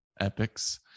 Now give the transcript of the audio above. epics